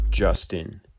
Justin